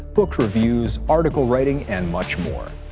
book reviews, article writing, and much more.